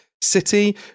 city